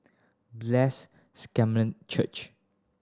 Blessed Church